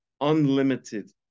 unlimited